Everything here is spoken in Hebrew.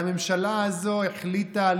והממשלה הזאת החליטה,